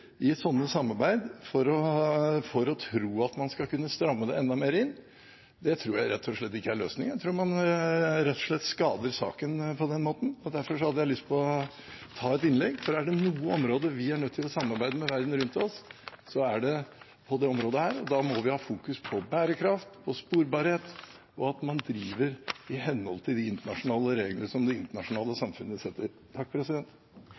i sånne samarbeid og tro at man skal kunne stramme det enda mer inn, tror jeg rett og slett ikke er løsningen. Jeg tror man rett og slett skader saken på den måten, og derfor hadde jeg lyst til å ta et innlegg. For er det noe område vi er nødt til å samarbeide med verden rundt oss på, er det på dette området, og da må vi fokusere på bærekraft, på sporbarhet og på at man driver i henhold til de internasjonale reglene som det internasjonale